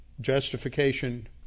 justification